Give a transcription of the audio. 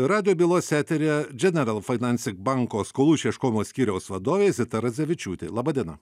radijo bylos eteryje general financing banko skolų išieškojimo skyriaus vadovė zita radzevičiūtė laba diena